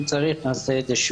אם צריך, נעשה את זה שוב.